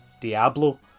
Diablo